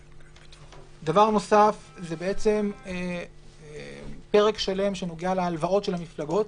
דבר נוסף זה פרק שלם שנוגע להלוואות של המפלגות.